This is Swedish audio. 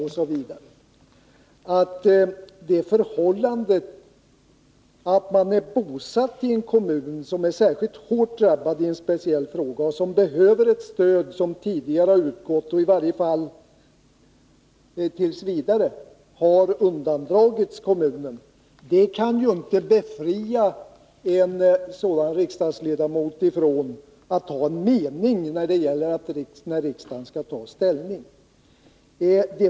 Det förhållandet att en riksdagsledamot är bosatt i en kommun som är så hårt drabbad i ett speciellt avseende att den behöver ett stöd som tidigare har utgått men som t. v. har undandragits kommunen, innebär inte att denne ledamot inte får ha en mening när riksdagen skall ta ställning.